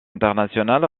international